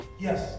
Yes